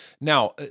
Now